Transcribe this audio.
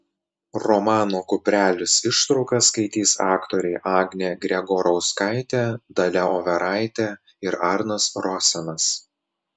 romano kuprelis ištrauką skaitys aktoriai agnė gregorauskaitė dalia overaitė ir arnas rosenas